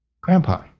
Grandpa